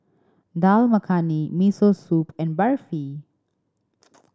Dal Makhani Miso Soup and Barfi